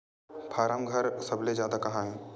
form घर सबले जादा कहां हे